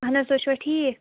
اَہَن حظ تُہۍ چھِو حظ ٹھیٖک